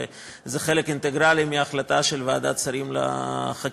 וזה חלק אינטגרלי של ההחלטה של ועדת השרים לחקיקה.